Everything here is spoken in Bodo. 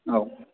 औ